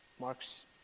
Mark's